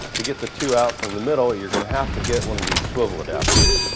to get the two out from the middle you're going to have to get one of these swivel adapters